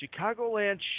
Chicagoland